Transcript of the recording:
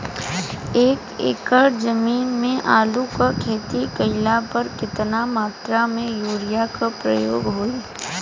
एक एकड़ जमीन में आलू क खेती कइला पर कितना मात्रा में यूरिया क प्रयोग होई?